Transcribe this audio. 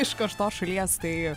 iš karštos šalies tai